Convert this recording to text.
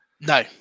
No